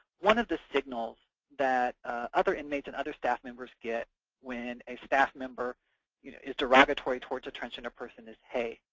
one of the signals that other inmates and other staff members get when a staff member you know is derogatory towards a transgender person is, hey,